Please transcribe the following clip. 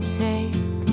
take